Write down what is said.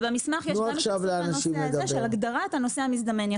במסמך יש הגדרה לנוסע מזדמן.